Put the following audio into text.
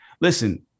listen